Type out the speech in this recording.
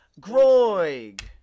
Groig